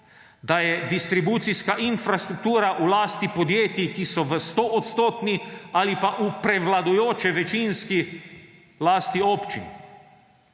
da je distribucijska infrastruktura v lasti podjetij, ki so v stoodstotni ali pa v prevladujoče večinski lasti občin.